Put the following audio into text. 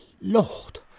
Lord